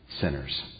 sinners